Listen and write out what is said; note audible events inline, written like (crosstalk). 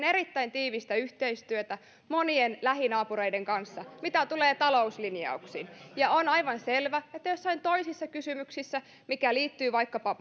(unintelligible) erittäin tiivistä yhteistyötä monien lähinaapureiden kanssa mitä tulee talouslinjauksiin ja on aivan selvä että joissain toisissa kysymyksissä mitkä liittyvät vaikkapa (unintelligible)